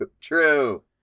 true